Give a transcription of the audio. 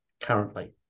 currently